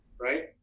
right